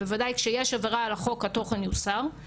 אני חושבת שגם נאוה וגם גורמים אחרים יודעים לפנות